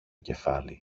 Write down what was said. κεφάλι